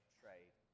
trade